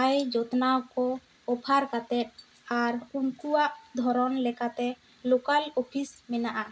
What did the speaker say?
ᱟᱭ ᱡᱚᱛᱱᱟᱣ ᱠᱚ ᱚᱯᱷᱟᱨ ᱠᱟᱛᱮ ᱟᱨ ᱩᱱᱠᱩᱣᱟᱜ ᱫᱷᱚᱨᱚᱱ ᱞᱮᱠᱟᱛᱮ ᱞᱳᱠᱟᱞ ᱚᱯᱷᱤᱥ ᱢᱮᱱᱟᱜᱼᱟ